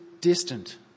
distant